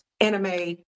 anime